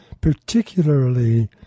particularly